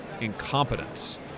incompetence